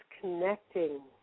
connecting